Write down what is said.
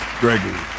Gregory